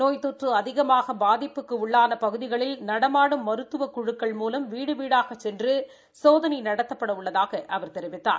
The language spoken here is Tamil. நோய் தொற்று அதிகமாக பாதிப்புக்கு உள்ளான பகுதிகளில் நடமாடும் மருத்துவ குழுக்கள் மூலம் வீடு வீடாகச் சென்று சோதனை நடத்தப்பட உள்ளதாக அவர் தெரிவித்தார்